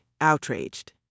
outraged